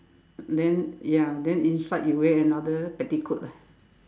then ya then inside you wear another petticoat ah